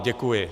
Děkuji.